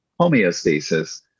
homeostasis